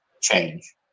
change